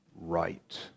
right